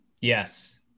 Yes